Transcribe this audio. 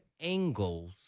angles